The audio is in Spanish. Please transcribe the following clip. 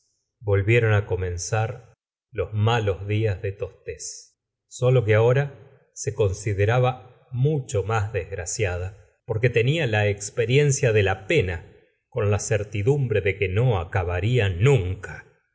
volvieron comenzar los malos días de tostes sólo que ahora se consideraba mucho más desgraciada porque tenia la experiencia de la pena con la certidumbre de que no acabarla nunca